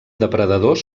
depredadors